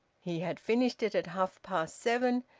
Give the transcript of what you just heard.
he had finished it at half-past seven,